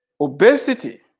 obesity